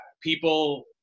people